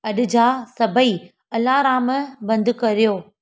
अॼ जा सभई अलाराम बंदि कयो